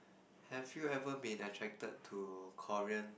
have you ever been attracted to Korean